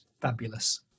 fabulous